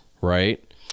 right